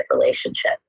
relationship